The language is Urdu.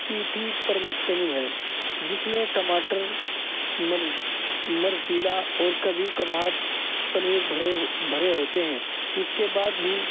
پی ٹیپ پر مشتمل ہے جس میں ٹماٹر مرض مرضیلا اور کبھی کبھار پنیر بھرے بھرے ہوتے ہیں اس کے بعد بھی